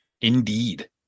Indeed